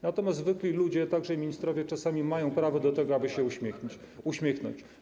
Natomiast zwykli ludzie, także ministrowie, czasami mają prawo do tego, aby się uśmiechnąć.